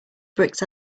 bricks